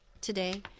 today